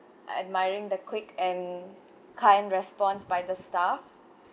admiring the quick and kind response by the staff